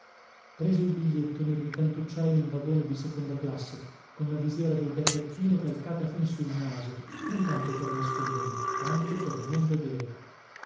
preso il biglietto mi rincantucciai in un vagone di seconda classe con la visiera del berrettino calcata fin sul naso non tanto per nascondermi quanto per non vedere